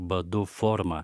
badu forma